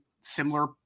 similar